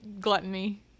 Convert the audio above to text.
gluttony